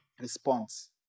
response